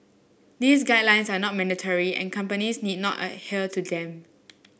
these guidelines are not mandatory and companies need not adhere to them